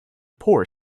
poor